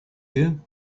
you